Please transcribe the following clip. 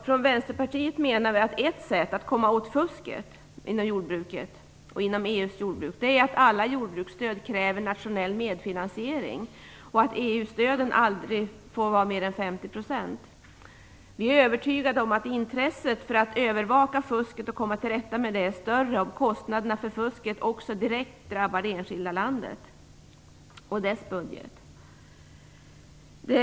Från Vänsterpartiet menar vi att ett sätt att komma åt fusket inom EU:s jordbruk är att alla jordbruksstöd kräver nationell medfinansiering och att EU-stöden aldrig får vara mer än 50 %. Vi är övertygade om att intresset för att övervaka fusket och komma till rätta med det är större om kostnaderna för fusket också direkt drabbar det enskilda landet och dess budget.